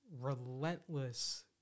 relentless